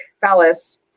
phallus